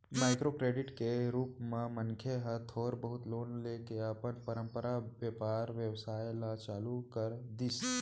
micro credit के रुप म मनखे ह थोर बहुत लोन लेके अपन पंरपरागत बेपार बेवसाय ल चालू कर दिस